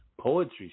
poetry